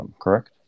correct